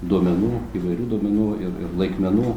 duomenų įvairių duomenų ir laikmenų